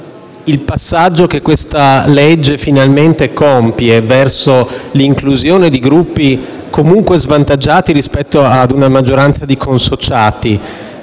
il passaggio che questo disegno di legge finalmente compie verso l'inclusione di gruppi comunque svantaggiati rispetto a una maggioranza di consociati,